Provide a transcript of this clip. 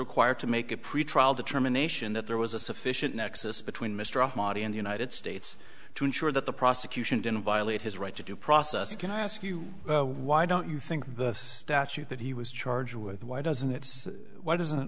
required to make a pretrial determination that there was a sufficient nexus between mr ahmadi in the united states to ensure that the prosecution didn't violate his right to due process can i ask you why don't you think the statute that he was charged with why doesn't it wh